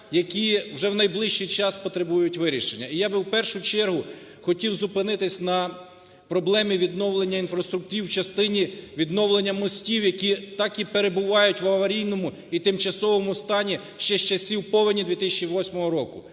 які вже в найближчий час потребують вирішення. І я би в першу чергу хотів зупинитися на проблемі відновлення інфраструктур в частині відновлення мостів, які так і перебувають в аварійному і тимчасовому стані ще з часів повені 2008 року.